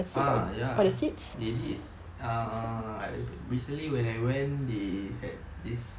ah ya they did err I recently when I went they had this